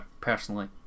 personally